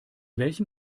welchem